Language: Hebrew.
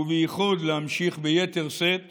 ובייחוד, להמשיך ביתר שאת